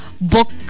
book